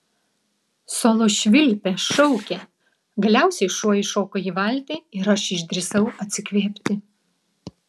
solo švilpė šaukė galiausiai šuo įšoko į valtį ir aš išdrįsau atsikvėpti